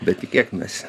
bet tikėkimės